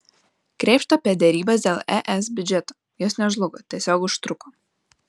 krėpšta apie derybas dėl es biudžeto jos nežlugo tiesiog užtruko